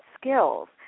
skills